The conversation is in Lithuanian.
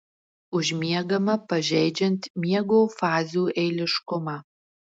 užmiegama pažeidžiant miego fazių eiliškumą